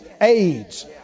AIDS